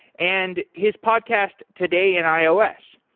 and his podcast today in ios.